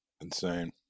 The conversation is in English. Insane